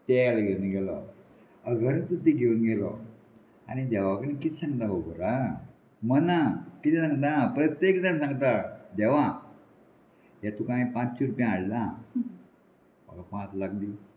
तेल घेवन गेलो अगरबुती घेवन गेलो आनी देवा कडेन कित सांगता उबो आ मना किदें सांगता प्रत्येक जाण सांगता देवा हे तुका हांवें पांचशी रुपया हाडलां म्हाका पांच लाख दी